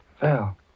Val